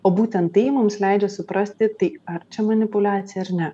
o būtent tai mums leidžia suprasti tai ar čia manipuliacija ar ne